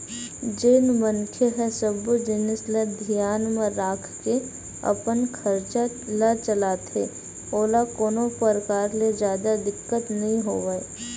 जेन मनखे ह सब्बो जिनिस ल धियान म राखके अपन खरचा ल चलाथे ओला कोनो परकार ले जादा दिक्कत नइ होवय